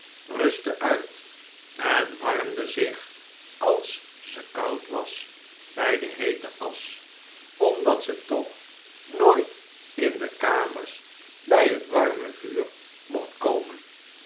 rustte uit en warmde zich als ze koud was bij de heete asch omdat ze toch nooit in de kamers bij het warme vuur mogt komen